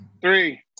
Three